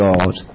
God